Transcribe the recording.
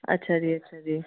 ਅੱਛਾ ਜੀ ਅੱਛਾ ਜੀ